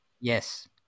Yes